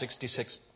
66